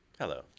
Hello